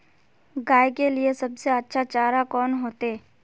गाय के लिए सबसे अच्छा चारा कौन होते?